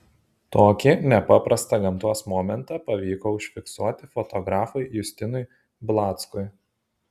tokį nepaprastą gamtos momentą pavyko užfiksuoti fotografui justinui blackui